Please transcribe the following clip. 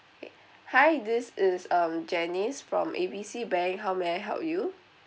okay hi this is um janice from A B C bank how may I help you